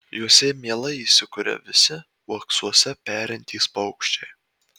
juose mielai įsikuria visi uoksuose perintys paukščiai